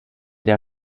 der